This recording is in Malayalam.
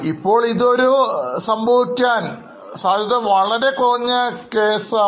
നിങ്ങൾക്ക് മനസ്സിലാകുന്നു എന്ന് ഞാൻ പ്രത്യാശിക്കുന്നു